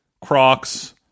crocs